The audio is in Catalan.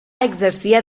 exercia